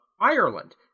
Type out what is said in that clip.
Ireland